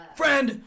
friend